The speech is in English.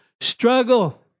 struggle